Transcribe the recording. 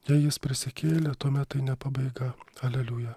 jei jis prisikėlė tuomet tai ne pabaiga aleliuja